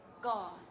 God